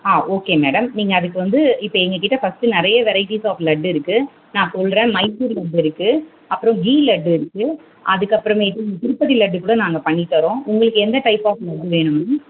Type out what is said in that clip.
ஆ okay madam நீங்கள் அதுக்கு வந்து இப்போ எங்கள் கிட்ட ஃபஸ்ட்டு நிறைய வெரைட்டிஸ் ஆஃப் லட்டு இருக்குது நான் சொல்கிறேன் மைசூர் லட்டு இருக்குது அப்புறம் கீ லட்டு இருக்குது அதுக்கப்புறமேட்டு திருப்பதி லட்டு கூட நாங்கள் பண்ணித்தரோம் உங்களுக்கு எந்த டைப் ஆஃப் லட்டு வேணும் மேம்